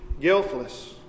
guiltless